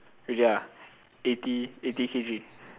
really ah eighty eighty K_G